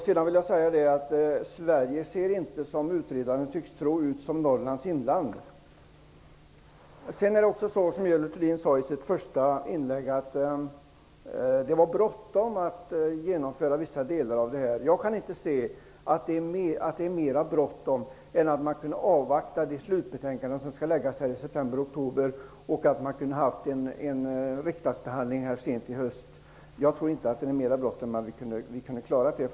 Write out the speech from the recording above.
Jag vill också säga att Sverige inte ser ut som Norrlands inland, vilket utredaren tycks tro. Görel Thurdin sade i sitt första inlägg att det var bråttom med att genomföra vissa delar av förslaget. Men jag kan inte se att det är mer bråttom än att man kan avvakta det slutbetänkande som skall läggas fram i september--oktober och ha en riksdagsbehandling sent i höst. Jag tror inte att det är mer bråttom än att vi skulle kunna klara det.